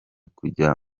kujya